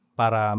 para